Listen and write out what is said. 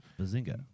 Bazinga